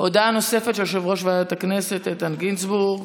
הודעה נוספת של יושב-ראש ועדת הכנסת איתן גינזבורג.